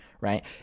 right